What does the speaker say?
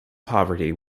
poverty